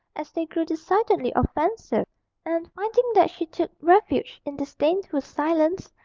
as they grew decidedly offensive and, finding that she took refuge in disdainful silence,